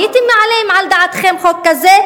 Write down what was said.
הייתם מעלים על דעתכם חוק כזה,